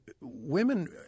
women